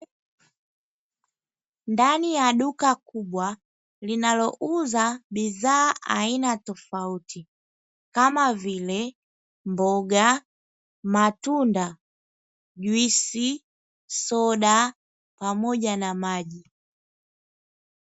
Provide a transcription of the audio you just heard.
Ndani ya duka kubwa linalouza bidhaa aina tofauti kama vile: mboga, matunda, juisi, soda pamoja na maji.